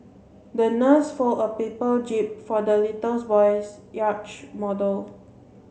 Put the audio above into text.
the nurse fold a paper jib for the little boy's yacht model